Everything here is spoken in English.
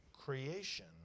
creation